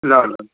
ल ल